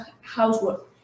housework